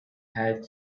had